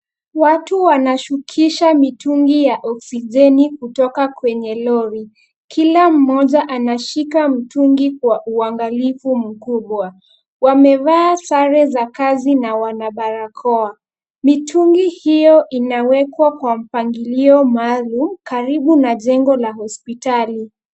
Watu wanashukisha mitungi ya oxigeni kutoka kwenye lori ,kila mmoja anashika mtungi kwa uangalifu mkubwa ,wamevaa sare za kazi na wana barakoa ,mitungi hiyo inawekwa kwa mpangilio maalumu karibu na jengo la hospitali.